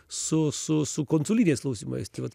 su su su konsuliniais klausimais tai vat